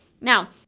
Now